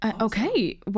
Okay